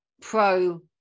pro